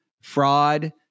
fraud